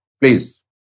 please